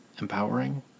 empowering